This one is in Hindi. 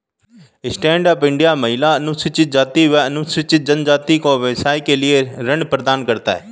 स्टैंड अप इंडिया महिला, अनुसूचित जाति व अनुसूचित जनजाति को व्यवसाय के लिए ऋण प्रदान करता है